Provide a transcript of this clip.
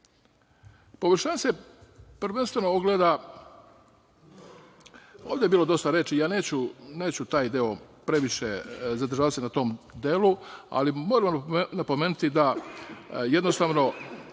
se prvenstveno ogleda, ovde je bilo dosta reči, ja se neću previše zadržavati na tom delu, ali moram napomenuti da jednostavno